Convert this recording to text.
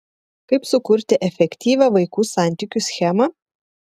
kaip sukurti efektyvią vaikų santykių schemą